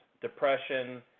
depression